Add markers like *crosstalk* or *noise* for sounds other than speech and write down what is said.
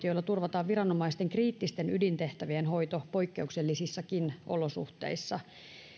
*unintelligible* joilla turvataan viranomaisten kriittisten ydintehtävien hoito poikkeuksellisissakin olosuhteissa